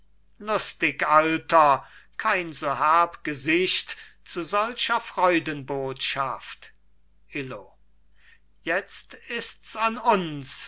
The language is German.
lustig alter kein so herb gesicht zu solcher freudenbotschaft illo jetzt ists an uns